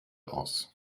aus